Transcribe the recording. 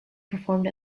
performed